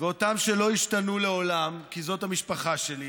ואותם שלא ישתנו לעולם, כי זאת המשפחה שלי.